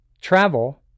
travel